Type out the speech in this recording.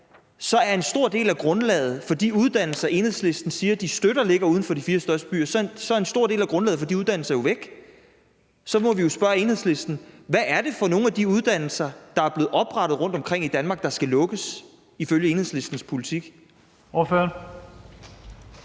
er en stor del af grundlaget for de uddannelser, Enhedslisten siger de støtter, som ligger uden for de fire største byer, jo væk. Så må vi jo spørge Enhedslisten: Hvad er det for nogle af de uddannelser, der er blevet oprettet rundtomkring i Danmark, der skal lukkes ifølge Enhedslistens politik? Kl.